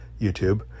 YouTube